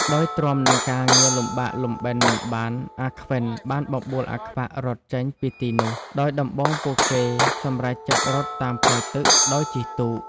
ដោយទ្រាំនឹងការងារលំបាកលំបិនមិនបាន អាខ្វិន បានបបួលអាខ្វាក់រត់ចេញពីទីនោះ ដោយដំបូងពួកគេសម្រេចចិត្តរត់តាមផ្លូវទឹកដោយជិះទូក ។